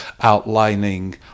outlining